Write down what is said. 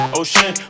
ocean